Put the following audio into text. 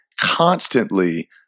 constantly